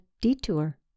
detour